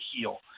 heal